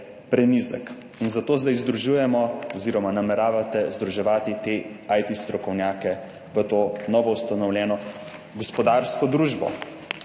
in zato zdaj združujemo oziroma nameravate združevati te IT strokovnjake v to novoustanovljeno gospodarsko družbo.